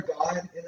god